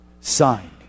signed